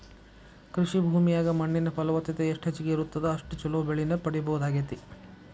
ಕೃಷಿ ಭೂಮಿಯಾಗ ಮಣ್ಣಿನ ಫಲವತ್ತತೆ ಎಷ್ಟ ಹೆಚ್ಚಗಿ ಇರುತ್ತದ ಅಷ್ಟು ಚೊಲೋ ಬೆಳಿನ ಪಡೇಬಹುದಾಗೇತಿ